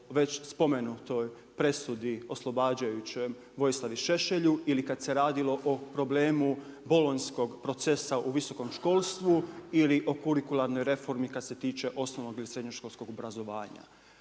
već spomenutoj presudi oslobađajućem Vojislavu Šešelju ili kad se radilo o problemu bolonjskog procesa u visokom školstvu ili o kurikularnoj reformi kada se tiče osnovnog i srednjoškolskog obrazovanja.